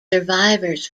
survivors